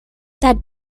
that